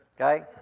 Okay